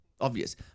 obvious